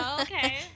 okay